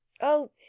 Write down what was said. Oh